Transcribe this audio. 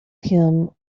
him